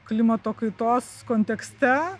klimato kaitos kontekste